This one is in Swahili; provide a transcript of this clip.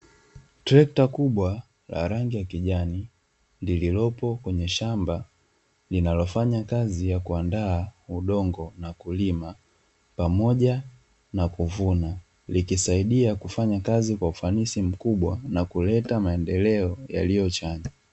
Trekta kubwa la rangi ya kijani, lililopo kwenye shamba linalofanya kazi ya kuandaa udongo na kulima, pamoja na kuvuna likisaidia kufanya kazi kwa ufanisi mkubwa, na kuleta maendeleo yaliyo chanya.